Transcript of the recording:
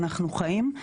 אנחנו חיים.